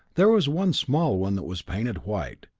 there was one small one that was painted white,